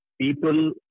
people